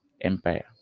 empire